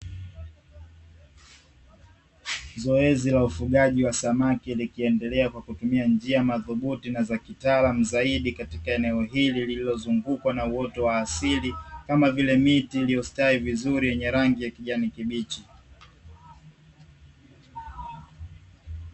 Zoezi la ufugaji wa samaki likiendelea kwa kutumia njia madhubuti na za kitaalamu zaidi, katika eneo hili lililozungukwa na uoto wa asili, kama vile miti iliyostawi vizuri yenye rangi ya kijani kibichi.